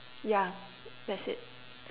yeah that's it